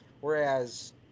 whereas